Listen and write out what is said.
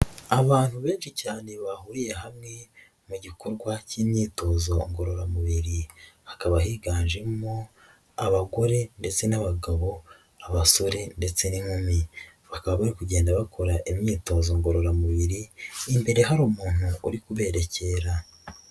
Abantu benshi cyane bahuriye hamwe mu gikorwa cy'imyitozo ngororamubiri, hakaba higanjemo abagore ndetse n'abagabo, abasore ndetse n'inkumi. Bakaba bari kugenda bakora imyitozo ngororamubiri imbere hari umuntu, uri kuberekera.